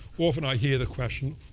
often i hear the question,